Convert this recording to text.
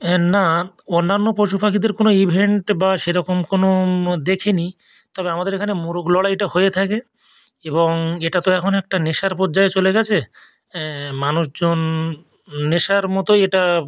হ্যাঁ না অন্যান্য পশু পাখিদের কোনো ইভেন্ট বা সেরকম কোনো দেখিনি তবে আমাদের এখানে মোরগ লড়াইটা হয়ে থাকে এবং এটা তো এখন একটা নেশার পর্যায়ে চলে গিয়েছে মানুষজন নেশার মতোই এটা